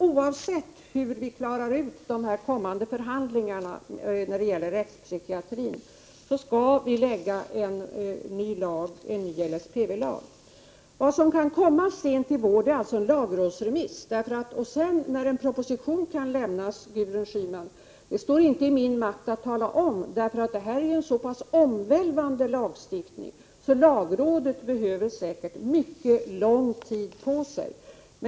Oavsett hur det går med de kommande förhandlingarna när det gäller rättspsykiatrin, avser jag att framlägga förslag till en ny LSPV-lag. Vad som kan komma sent i vår är således en lagrådsremiss. Det står inte i min makt att tala om när en proposition kan framläggas, eftersom detta rör sig om en så pass omvälvande lagstiftning. Därför behöver säkert lagrådet mycket lång tid på sig.